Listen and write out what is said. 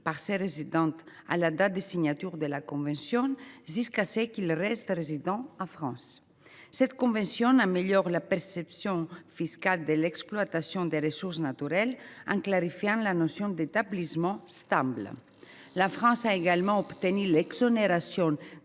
par ses résidents à la date de signature de la convention, tant que ceux ci restent en France. Cette convention améliore la perception fiscale de l’exploitation des ressources naturelles en clarifiant la notion d’établissement stable. La France a également obtenu l’exonération